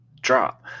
drop